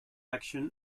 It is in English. action